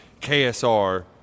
KSR